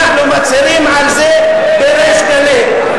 אנחנו מצהירים על זה בריש גלי.